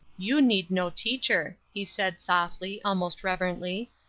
you need no teacher, he said softly, almost reverently,